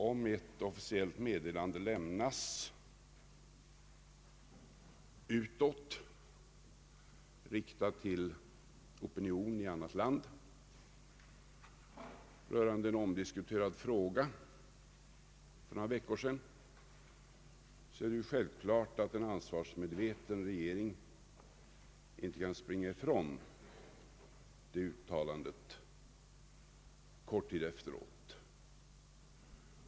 Om ett officiellt meddelande lämnas utåt för några veckor sedan, riktat till opinionen i ett annat land, rörande en omdiskuterad fråga, är det självklart att en ansvarsmedveten regering inte kan springa ifrån det uttalandet kort tid efteråt.